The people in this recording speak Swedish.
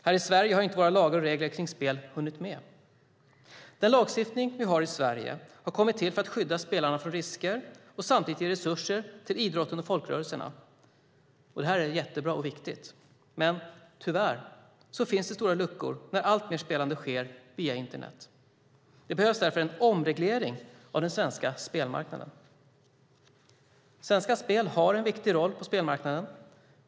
Här i Sverige har inte våra lagar och regler kring spel hunnit med. Den lagstiftning vi har i Sverige har kommit till för att skydda spelarna från risker och samtidigt ge resurser till idrotten och folkrörelserna. Detta är jättebra och viktigt. Men tyvärr finns det stora luckor när alltmer spelande sker via internet. Det behövs därför en omreglering av den svenska spelmarknaden. Svenska Spel har en viktig roll på spelmarknaden.